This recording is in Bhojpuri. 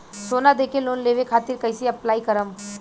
सोना देके लोन लेवे खातिर कैसे अप्लाई करम?